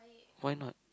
why not